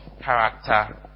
character